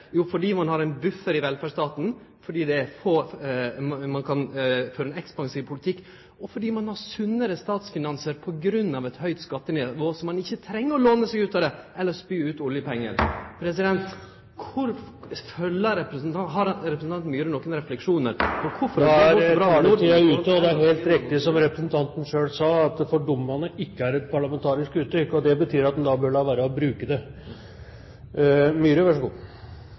Jo, fordi ein har ein buffer i velferdsstaten, fordi ein kan føre ein ekspansiv politikk, og fordi ein har sunnare statsfinansar på grunn av eit høgt skattenivå, slik at ein ikkje treng å låne seg ut av det eller spy ut oljepengar Har representanten Myhre nokre refleksjonar om kvifor det går så bra med Norden i forhold til Hellas og Irland osv. Da er taletiden ute. Det er helt riktig som representanten selv sa, at «fordummande» ikke er et parlamentarisk uttrykk, og det betyr at han da bør la